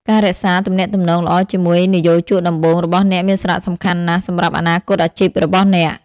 ការរក្សា ទំនាក់ទំនងល្អជាមួយនិយោជកដំបូង របស់អ្នកមានសារៈសំខាន់ណាស់សម្រាប់អនាគតអាជីពរបស់អ្នក។